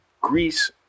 Greece